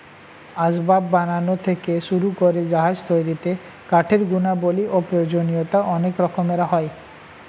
আসবাব বানানো থেকে শুরু করে জাহাজ তৈরিতে কাঠের গুণাবলী ও প্রয়োজনীয়তা অনেক রকমের হয়